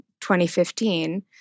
2015